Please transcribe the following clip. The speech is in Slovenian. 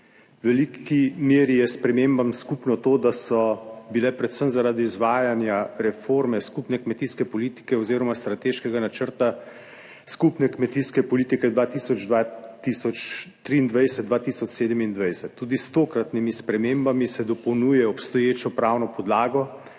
veliki meri je spremembam skupno to, da so bile predvsem, zaradi izvajanja reforme skupne kmetijske politike oziroma strateškega načrta skupne kmetijske politike 2023-2027. Tudi s tokratnimi spremembami se dopolnjuje obstoječo pravno podlago